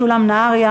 משולם נהרי,